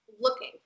looking